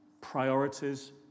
priorities